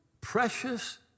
precious